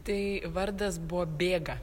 tai vardas buvo bėga